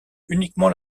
uniquement